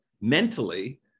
mentally